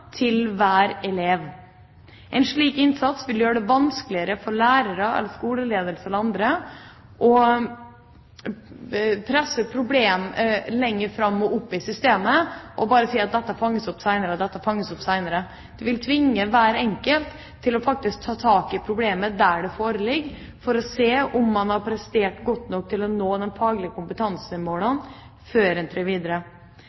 av hver elev. En slik innsats vil gjøre det vanskeligere for lærere, skoleledelse eller andre å presse problem lenger fram og opp i systemet, og bare si at dette fanges opp seinere. Det vil tvinge hver enkelt til faktisk å ta tak i problemet der det foreligger, for å se om man har prestert godt nok til å nå de faglige kompetansemålene før en går videre.